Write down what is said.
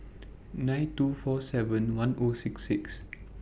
nine two four seven one O six six